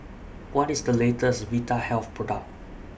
What IS The latest Vitahealth Product